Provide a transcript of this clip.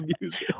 music